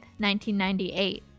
1998